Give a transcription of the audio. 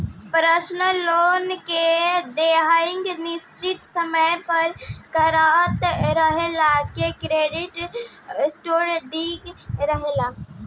personal loan के अदायगी निसचित समय पर करत रहला से क्रेडिट स्कोर ठिक रहेला